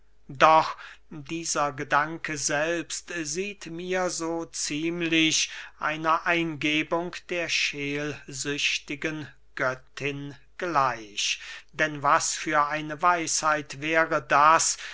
doch dieser gedanke selbst sieht mir so ziemlich einer eingebung der schelsüchtigen göttin gleich denn was für eine weisheit wäre das